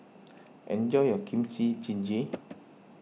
enjoy your Kimchi Jjigae